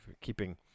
keeping